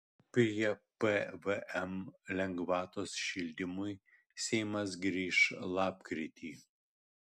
prie pvm lengvatos šildymui seimas grįš lapkritį